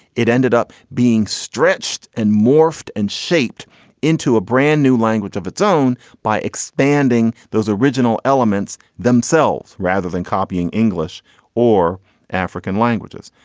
it ended up being stretched and morphed and shaped into a brand new language of its own by expanding those original elements themselves rather than copying english or african languages.